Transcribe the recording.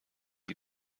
die